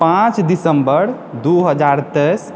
पाँच दिसम्बर दू हजार तेइस